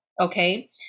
okay